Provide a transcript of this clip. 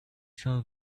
show